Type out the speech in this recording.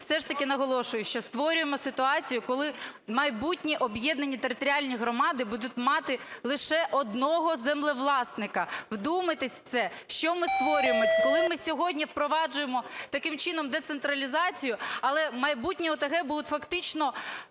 все ж таки, наголошую, що створюємо ситуацію, коли майбутні об'єднані територіальні громади будуть мати лише одного землевласника. Вдумайтеся в це! Що ми створюємо, коли ми сьогодні впроваджуємо таким чином децентралізацію, але майбутні ОТГ будуть фактично